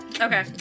Okay